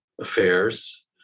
affairs